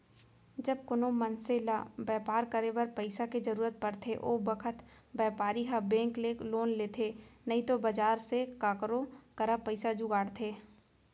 जब कोनों मनसे ल बैपार करे बर पइसा के जरूरत परथे ओ बखत बैपारी ह बेंक ले लोन लेथे नइतो बजार से काकरो करा पइसा जुगाड़थे